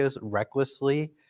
recklessly